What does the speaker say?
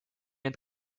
end